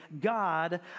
God